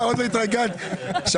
הוא אמר